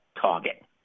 target